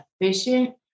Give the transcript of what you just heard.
efficient